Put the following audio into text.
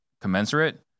commensurate